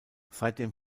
seitdem